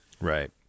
right